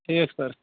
ٹھیٖک سَر